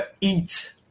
EAT